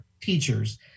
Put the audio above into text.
teachers